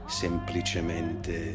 semplicemente